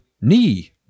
knee